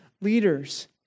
leaders